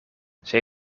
zij